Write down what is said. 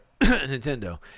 Nintendo